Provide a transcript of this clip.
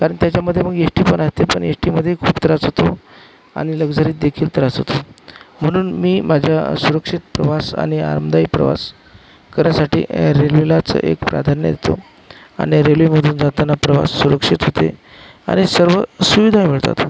कारण त्याच्यामध्ये मग एश टी पण असते पण एश टीमध्ये खूप त्रास होतो आणि लक्झरीतदेखील त्रास होतो म्हणून मी माझ्या सुरक्षित प्रवास आणि आरामदायी प्रवास करायसाठी रेल्वेलाच एक प्राधान्य देतो आणि रेल्वेमधून जाताना प्रवास सुरक्षित होते आणि सर्व सुविधाही मिळतात